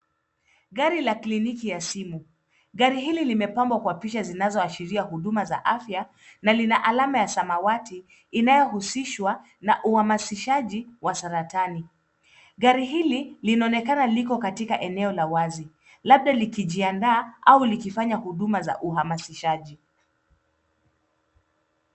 Gari la kliniki ya simu. Gari hili limepambwa kwa picha zinazoashiria huduma za afya na lina alama ya samawati, inayohusishwa na uhamasishaji wa saratani. Gari hili linaonekana liko katika eneo la wazi, labda likijiandaa au likifanya huduma za uhamasishaji.